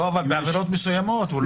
בעבירות מסוימות.